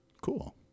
Cool